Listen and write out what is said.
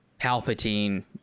Palpatine